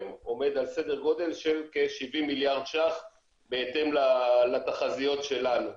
עומד על סדר גודל של כ-70 מיליארד שקלים בהתאם לתחזיות שלנו.